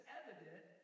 evident